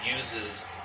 uses